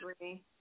agree